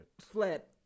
flat